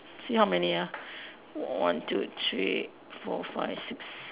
you see how many ah one two three four five six